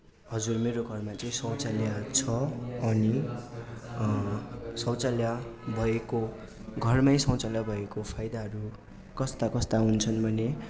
हजुर मेरो घरमा चाहिँ शौचाल्य छ अनि शौचाल्य भएको घरमै शौचाल्य भएको फाइदाहरू कस्ता कस्ता हुन्छन् भने